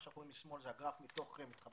מה שאנחנו רואים משמאל זה הגרף מתוך 'מתחברים